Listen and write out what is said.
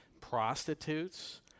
Prostitutes